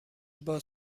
باز